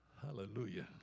Hallelujah